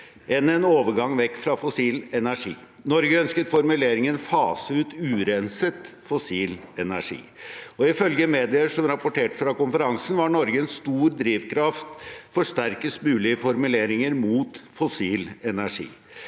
enn en overgang vekk fra fossil energi. Norge ønsket en formulering om å fase ut urenset fossil energi. Ifølge medier som rapporterte fra konferansen, var Norge en stor drivkraft for sterkest mulige formuleringer mot fossil energi.